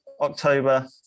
October